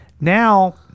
now